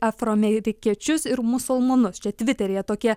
afroamerikiečius ir musulmonus čia tviteryje tokie